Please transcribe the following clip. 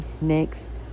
next